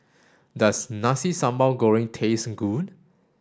does Nasi Sambal Goreng taste good